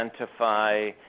identify